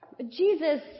Jesus